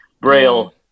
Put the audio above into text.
Braille